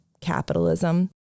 capitalism